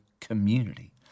community